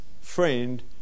friend